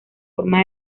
forma